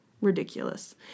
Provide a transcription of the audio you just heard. Ridiculous